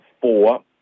four